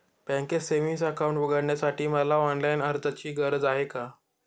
बँकेत savings account उघडण्यासाठी मला ऑनलाईन अर्जाची गरज आहे का?